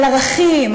על ערכים,